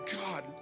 God